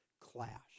clash